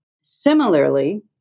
Similarly